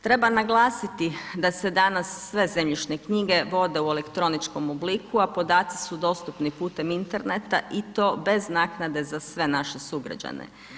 Treba naglasiti da se danas sve zemljišne knjige vode u elektroničkom obliku, a podaci su dostupni putem interneta i to bez naknade za sve naše sugrađane.